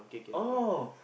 oh